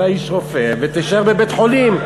אתה רופא, ותישאר בבית-חולים.